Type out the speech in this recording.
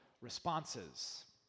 responses